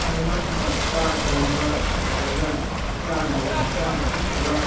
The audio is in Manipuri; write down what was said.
ꯑꯩꯍꯥꯛꯅ ꯆꯥꯛ ꯊꯣꯡꯕ ꯅꯠꯇ꯭ꯔꯒ ꯆꯥꯅꯕ ꯆꯥꯅ ꯊꯛꯅꯕ